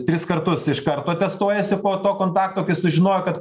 tris kartus iš karto testuojasi po to kontakto kai sužinojo kad